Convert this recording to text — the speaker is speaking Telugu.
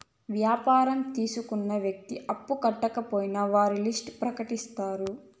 వ్యాపారం తీసుకున్న వ్యక్తి అప్పు కట్టకపోయినా వారి లిస్ట్ ప్రకటిత్తారు